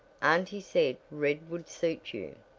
auntie said red would suit you.